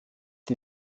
die